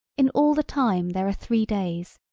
in all the time there are three days,